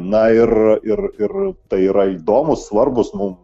na ir ir ir tai yra įdomūs svarbūs mum